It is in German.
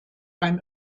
beim